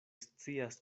scias